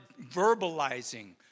verbalizing